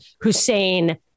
Hussein